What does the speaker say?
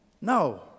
No